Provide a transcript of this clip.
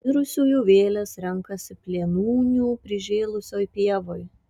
mirusiųjų vėlės renkasi plėnūnių prižėlusioj pievoj